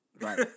Right